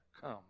come